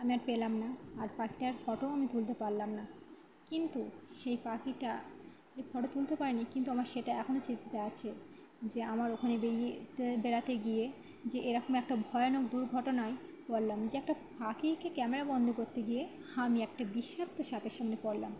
আমি আর পেলাম না আর পাখিটার ফোটোও আমি তুলতে পারলাম না কিন্তু সেই পাখিটার যে ফোটো তুলতে পারিনি কিন্তু আমার সেটা এখনও চিন্তা আছে যে আমার ওখানে বেরিয়ে বেড়াতে গিয়ে যে এ রকম একটা ভয়ানক দুর্ঘটনায় পড়লাম যে একটা পাখিকে ক্যামেরাবন্দি করতে গিয়ে আমি একটা বিষাক্ত সাপের সামনে পড়লাম